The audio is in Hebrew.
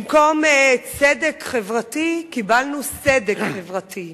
במקום צדק חברתי קיבלנו סדק חברתי,